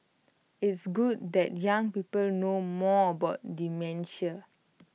it's good that young people know more about dementia